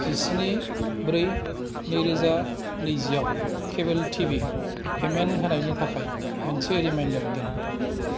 जिस्नि ब्रै नै रोजा नैजि आव केबोल टिभि पेमेन्ट होनायनि थाखाय मोनसे रिमाइन्डार दोन